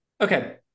Okay